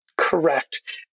Correct